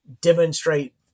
demonstrate